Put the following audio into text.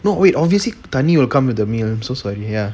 no wait obviously thanni will come with a meal so sorry ya